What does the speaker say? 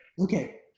Okay